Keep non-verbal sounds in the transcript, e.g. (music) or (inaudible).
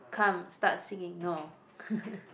come start singing no (laughs)